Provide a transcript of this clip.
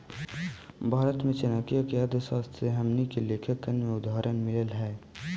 भारत में चाणक्य के अर्थशास्त्र से हमनी के लेखांकन के उदाहरण मिल हइ